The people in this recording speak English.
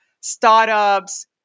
startups